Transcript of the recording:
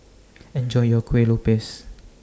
Enjoy your Kuih Lopes